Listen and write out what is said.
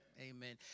Amen